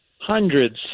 hundreds